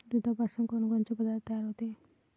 दुधापासून कोनकोनचे पदार्थ तयार होते?